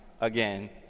again